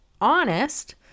honest